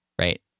right